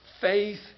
faith